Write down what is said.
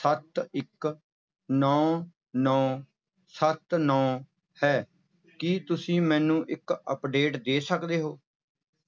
ਸੱਤ ਇੱਕ ਨੌ ਨੌ ਸੱਤ ਨੌ ਹੈ ਕੀ ਤੁਸੀਂ ਮੈਨੂੰ ਇੱਕ ਅਪਡੇਟ ਦੇ ਸਕਦੇ ਹੋ